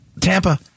Tampa